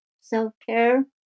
self-care